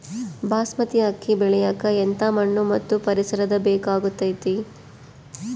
ಬಾಸ್ಮತಿ ಅಕ್ಕಿ ಬೆಳಿಯಕ ಎಂಥ ಮಣ್ಣು ಮತ್ತು ಪರಿಸರದ ಬೇಕಾಗುತೈತೆ?